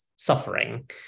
suffering